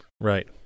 Right